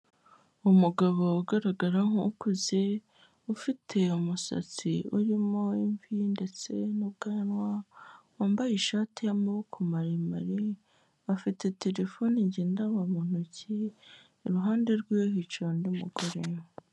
Umugabo ugaragara nk'ukuze ufite umusatsi urimo imvi ndetse n'ubwanwa, wambaye ishati y'amaboko maremare, afite terefone ngendanwa mu ntoki, iruhande rwe hicaye undi mugore.